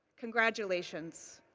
congratulations.